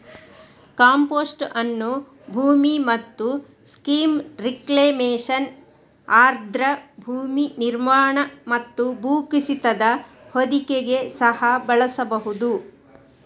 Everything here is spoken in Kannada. ಕಾಂಪೋಸ್ಟ್ ಅನ್ನು ಭೂಮಿ ಮತ್ತು ಸ್ಟ್ರೀಮ್ ರಿಕ್ಲೇಮೇಶನ್, ಆರ್ದ್ರ ಭೂಮಿ ನಿರ್ಮಾಣ ಮತ್ತು ಭೂಕುಸಿತದ ಹೊದಿಕೆಗೆ ಸಹ ಬಳಸಬಹುದು